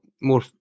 more